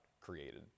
created